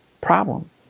problem